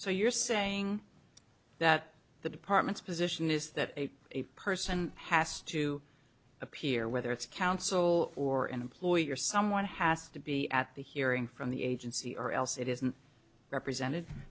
so you're saying that the department's position is that a person has to appear whether it's counsel or and lawyer someone has to be at the hearing from the agency or else it isn't represented